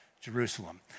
Jerusalem